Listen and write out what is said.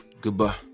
Goodbye